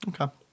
Okay